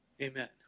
Amen